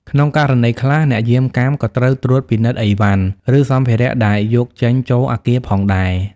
ក្នុងករណីខ្លះ អ្នកយាមកាមក៏ត្រូវត្រួតពិនិត្យអីវ៉ាន់ ឬសម្ភារៈដែលយកចេញចូលអគារផងដែរ។